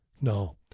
No